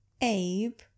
Abe